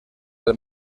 del